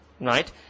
right